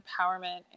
empowerment